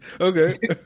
Okay